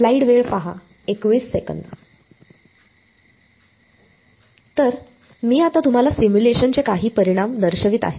तर मी आता तुम्हाला सिम्युलेशनचे काही परिणाम दर्शवित आहे